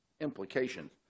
implications